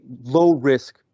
low-risk